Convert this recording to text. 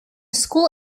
school